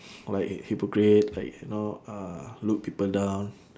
like a hypocrite like you know ah look people down